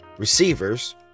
Receivers